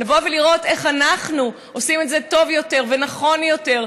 לבוא ולראות איך אנחנו עושים את זה טוב יותר ונכון יותר,